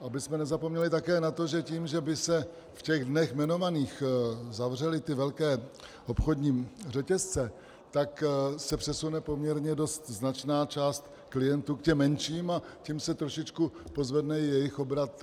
Abychom nezapomněli také na to, že tím, že by se v těch dnech jmenovaných zavřely velké obchodní řetězce, tak se přesune poměrně dost značná část klientů k těm menším a tím se trošičku pozvedne jejich obrat.